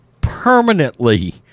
permanently